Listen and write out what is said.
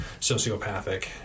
sociopathic